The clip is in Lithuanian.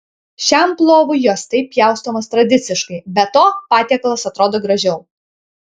šiam plovui jos taip pjaustomos tradiciškai be to patiekalas atrodo gražiau